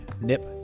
Nip